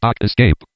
Escape